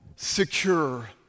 secure